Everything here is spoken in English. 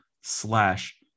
slash